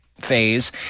phase